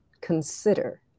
consider